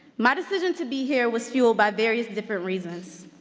my decision to be here was fueled by various different reasons,